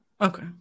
Okay